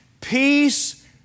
Peace